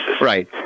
Right